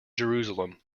jerusalem